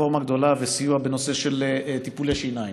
רפורמה גדולה וסיוע בנושא של טיפולי שיניים.